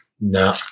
No